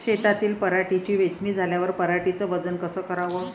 शेतातील पराटीची वेचनी झाल्यावर पराटीचं वजन कस कराव?